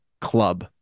club